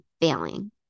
failing